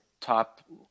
top